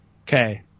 Okay